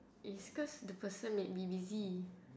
it's cause the person may be busy